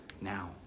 now